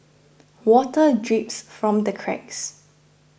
water drips from the cracks